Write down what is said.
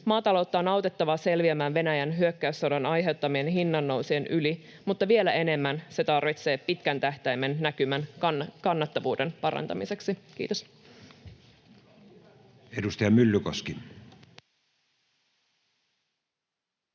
Maataloutta on autettava selviämään Venäjän hyökkäyssodan aiheuttamien hinnannousujen yli, mutta vielä enemmän se tarvitsee pitkän tähtäimen näkymän kannattavuuden parantamiseksi. — Kiitos.